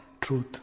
Truth